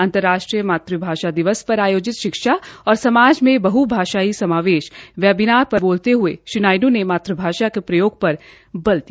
अंतर्राष्ट्रीय मातृ भाषा दिवस पर आयोजित शिक्षा और सम्मान में बह भाषाई समावेश वेबिनार पर बोलते हये श्री नायडू ने मातृ भाषा के प्रयोग पर बल दिया